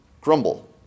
grumble